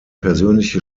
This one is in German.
persönliche